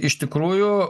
iš tikrųjų